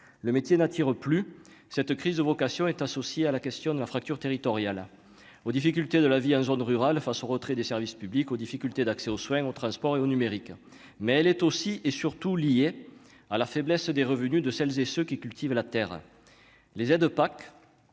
le métier n'attire plus, cette crise de vocation est associé à la question de la fracture territoriale aux difficultés de la vie hein jaune rural face au retrait des services publics, aux difficultés d'accès aux soins, aux transports et au numérique, mais elle est aussi et surtout lié à la faiblesse des revenus de celles et ceux qui cultivent la terre, les aides PAC